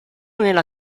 nella